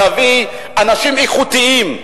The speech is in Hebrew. להביא לשירות הציבורי אנשים איכותיים,